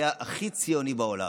היה הכי ציוני בעולם.